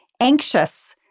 anxious